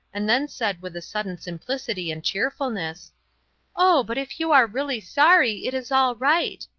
and then said with a sudden simplicity and cheerfulness oh, but if you are really sorry it is all right.